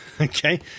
Okay